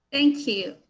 thank you.